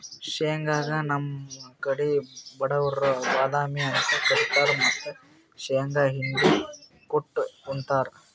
ಶೇಂಗಾಗ್ ನಮ್ ಕಡಿ ಬಡವ್ರ್ ಬಾದಾಮಿ ಅಂತ್ ಕರಿತಾರ್ ಮತ್ತ್ ಶೇಂಗಾ ಹಿಂಡಿ ಕುಟ್ಟ್ ಉಂತಾರ್